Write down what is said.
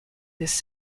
this